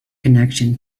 connection